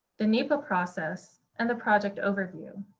the nepa process, and the project overview.